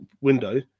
window